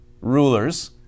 rulers